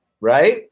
right